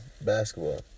basketball